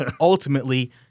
ultimately